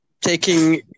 taking